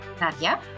Nadia